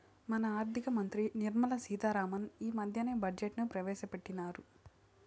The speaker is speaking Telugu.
మన ఆర్థిక మంత్రి నిర్మలా సీతా రామన్ ఈ మద్దెనే బడ్జెట్ ను ప్రవేశపెట్టిన్నారు